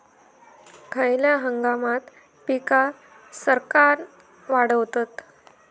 खयल्या हंगामात पीका सरक्कान वाढतत?